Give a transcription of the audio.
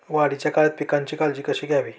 वाढीच्या काळात पिकांची काळजी कशी घ्यावी?